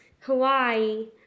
Hawaii